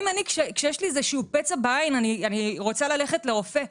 אני כשיש לי איזשהו פצע בעין ואני רוצה ללכת לרופא,